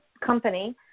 company